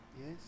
Yes